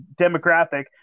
demographic